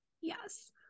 yes